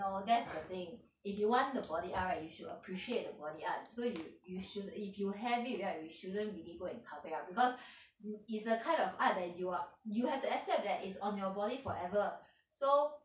no that's the thing if you want the body art right you should appreciate the body art so you you should if you have it right you shouldn't really go and cover it up because it is the kind of art that you are you have to accept that it's on your body forever so